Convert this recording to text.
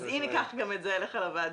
אז הנה, קח גם את זה אליך לוועדה.